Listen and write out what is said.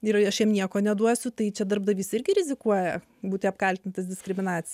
gerai aš jam nieko neduosiu tai čia darbdavys irgi rizikuoja būti apkaltintas diskriminaci